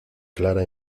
clara